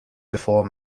before